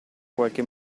qualche